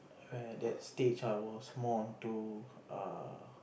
where that stage I was more onto err